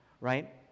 right